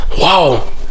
wow